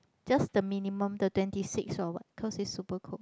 just the minimum to twenty six or what cause is super cold